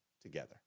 together